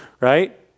Right